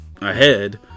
ahead